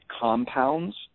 compounds